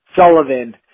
Sullivan